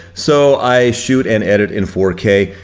so i shoot and edit in four k.